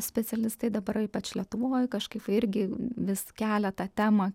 specialistai dabar ypač lietuvoj kažkaip irgi vis kelia tą temą